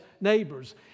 neighbors